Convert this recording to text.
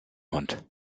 hund